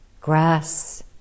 grass